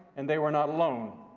and they were not alone.